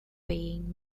paying